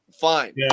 fine